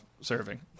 serving